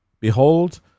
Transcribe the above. Behold